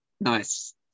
nice